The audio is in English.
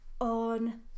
on